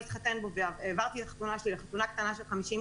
להתחתן בו והעברתי את החתונה שלי לחתונה קטנה שלי של 50,